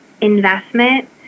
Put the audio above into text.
investment